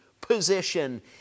position